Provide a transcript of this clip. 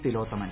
Thilothaman